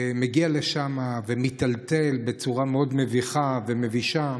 מגיע לשם ומיטלטל בצורה מאוד מביכה ומבישה.